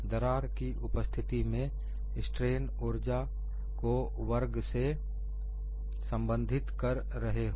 दरार की उपस्थिति में स्ट्रेन ऊर्जा को वर्ग से संबंधित कर रहे हैं